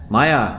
Maya